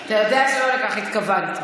אתה יודע שלא לכך התכוונתי.